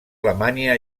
alemanya